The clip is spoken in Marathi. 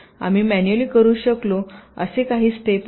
आम्ही मॅनुअली करू शकलो असे काही स्टेप आहे